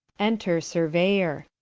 enter surueyor.